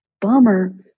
Bummer